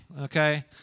okay